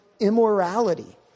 immorality